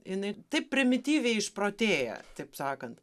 jinai taip primityviai išprotėja taip sakant